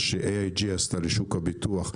מה ש-AIG עשתה לשוק הביטוח,